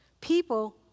people